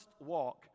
walk